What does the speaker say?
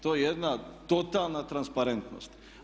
To je jedna totalna transparentnost.